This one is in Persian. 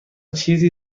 چیزی